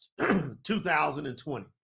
2020